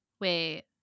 wait